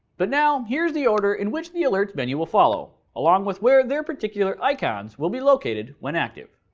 but now here is the order in which the alerts menu will follow, along with where their particular icons will be located when active.